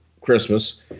Christmas